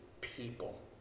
people